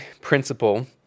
Principle